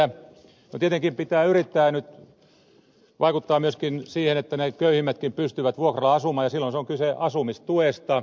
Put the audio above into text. no tietenkin pitää yrittää nyt vaikuttaa myöskin siihen että ne köyhimmätkin pystyvät vuokralla asumaan ja silloin on kyse asumistuesta